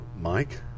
mike